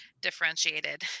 differentiated